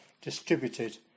distributed